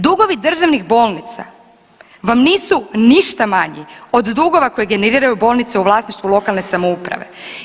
Dugovi državnih bolnica vam nisu ništa manji od dugova koje generiraju bolnice u vlasništvu lokalne samouprave.